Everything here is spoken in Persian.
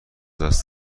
دست